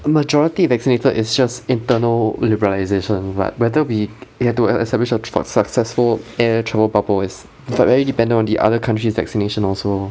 a majority vaccinated is just internal liberalization but whether we get~ have to e~ establish for successful air travel bubbles but very dependent on the other countries vaccination also